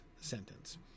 sentence